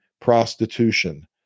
prostitution